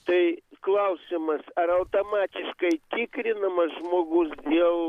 tai klausimas ar automatiškai tikrinamas žmogus jau